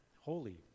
holy